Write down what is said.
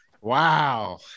Wow